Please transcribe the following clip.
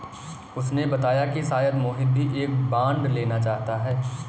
उसने बताया कि शायद मोहित भी एक बॉन्ड लेना चाहता है